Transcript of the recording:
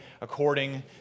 according